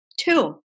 two